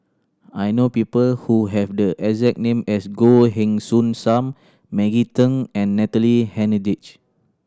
I know people who have the exact name as Goh Heng Soon Sam Maggie Teng and Natalie Hennedige